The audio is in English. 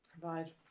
provide